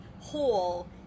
hole